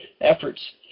efforts